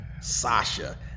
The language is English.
Sasha